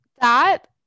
That-